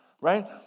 right